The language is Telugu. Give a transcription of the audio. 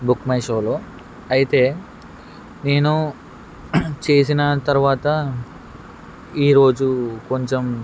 బుక్ మై షోలో అయితే నేను చేసిన తరువాత ఈ రోజు కొంచెం